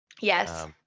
Yes